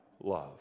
love